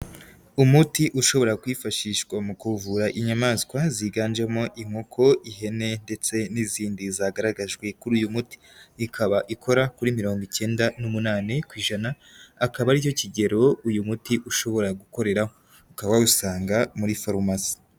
Umuti ushobora kwifashishwa mu kuvura inyamaswa ziganjemo inkoko, ihene ndetse n'izindi zagaragajwe kuri uyu muti. Ikaba ikora kuri mirongo icyenda n'umunane ku ijana, akaba ari cyo kigero uyu muti ushobora gukoreraho, ukaba wawusanga muri farumasi.